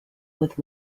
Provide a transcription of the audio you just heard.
with